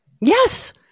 Yes